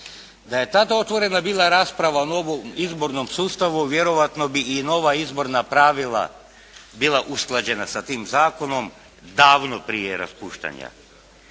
Da je tada otvorena bila rasprava o novom izbornom sustavu vjerojatno bi i nova izborna pravila bila usklađena sa tim zakonom davno prije raspuštanja